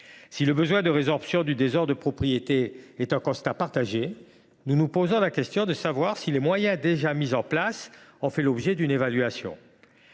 Si le besoin de résorption du désordre de propriété est un constat partagé, nous nous demandons si les moyens déjà mis en place ont fait l’objet d’une évaluation.